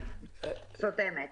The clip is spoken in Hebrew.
אתה אמור להקטין את רמת התחלואה.